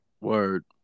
Word